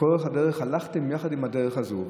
לכל אורך הדרך הלכתם בדרך הזו.